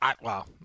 Wow